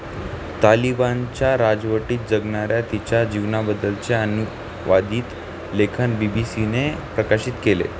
तालिबानच्या राजवटीत जगणाऱ्या तिच्या जीवनाबद्दलच्या अनुवादीत लेखन बी बी सीने प्रकाशित केले